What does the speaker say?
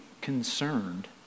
concerned